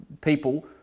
people